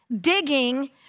digging